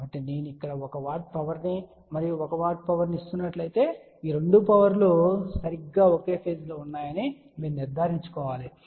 కాబట్టి నేను ఇక్కడ 1 W పవర్ ని మరియు 1 W పవర్ ని ఇస్తున్నట్లయితే ఈ 2 పవర్ లు సరిగ్గా ఒకే ఫేజ్ లో ఉన్నాయని మీరు నిర్ధారించుకోవాలి